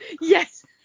yes